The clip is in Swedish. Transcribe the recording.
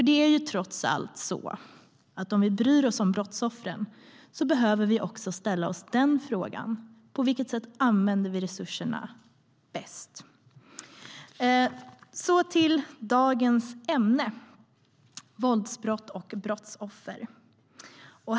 Det är ju trots allt så att om vi bryr oss om brottsoffren behöver vi också ställa oss den frågan om på vilket sätt vi använder resurserna bäst. Så till dagens ämne, våldsbrott och brottsoffer.